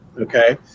Okay